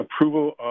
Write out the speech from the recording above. approval